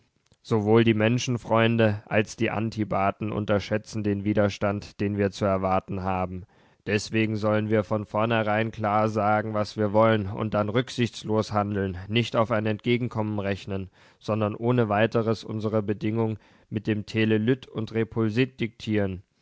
sowohl die menschenfreunde als die antibaten unterschätzen den widerstand den wir zu erwarten haben deswegen sollen wir von vornherein klar sagen was wir wollen und dann rücksichtslos handeln nicht auf ein entgegenkommen rechnen sondern ohne weiteres unsere bedingungen mit dem telelyt und